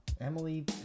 Emily